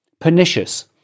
pernicious